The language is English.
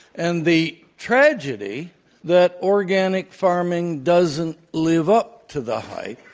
and the tragedy that organic farming doesn't live up to the hype.